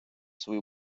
свою